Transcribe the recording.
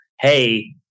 Hey